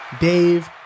Dave